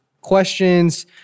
questions